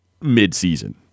mid-season